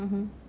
mm